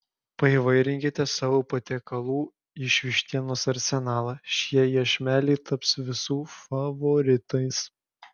paįvairinkite savo patiekalų iš vištienos arsenalą šie iešmeliai taps visų favoritais